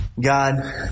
God